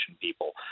people